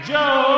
Joe